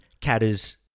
Catter's